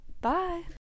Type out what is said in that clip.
Bye